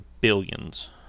billions